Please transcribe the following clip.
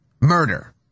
Murder